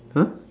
!huh!